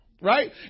Right